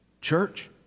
Church